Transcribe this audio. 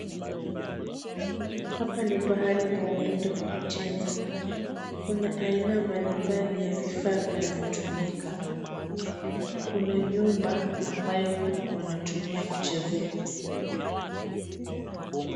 Hapa ni pahali pa watoto pa kucheza. Kuna aina mbali mbali ya vifaa vinavyotumika .Kuna nyumba ambayo wanatumia kuchezea.